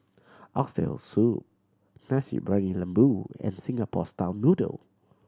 Oxtail Soup Nasi Briyani Lembu and Singapore style noodle